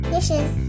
Dishes